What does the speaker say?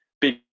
big